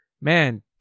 man